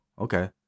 Okay